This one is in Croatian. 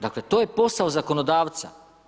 Dakle, to je posao zakonodavca.